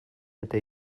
eta